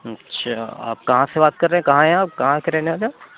اچھا آپ کہاں سے بات کر رہے ہیں کہاں ہیں آپ کہاں کے رہنے والے ہو